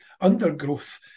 undergrowth